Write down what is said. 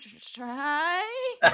try